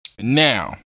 Now